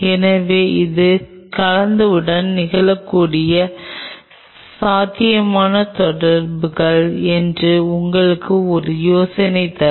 எனவே இது கலத்துடன் நிகழக்கூடிய சாத்தியமான தொடர்புகள் என்று உங்களுக்கு ஒரு யோசனை தரும்